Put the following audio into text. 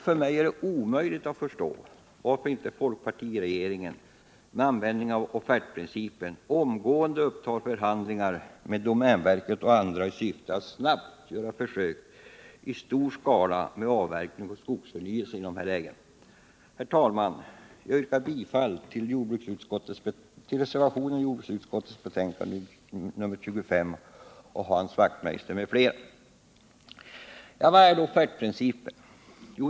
För mig är det omöjligt att förstå varför inte folkpartiregeringen med användande av offertprincipen omgående upptar förhandlingar med domänverket och andra i syfte att snabbt göra försök i stor skala med avverkning och skogsförnyelse i detta läge. Herr talman! Jag yrkar bifall till reservationen av Hans Wachtmeister m.fl. i jordbruksutskottets betänkande nr 25. Vad är då offertprincipen?